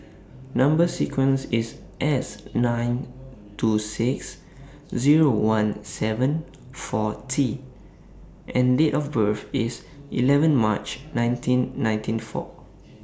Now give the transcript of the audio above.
Number sequence IS S nine two six Zero one seven four T and Date of birth IS eleven March nineteen ninety four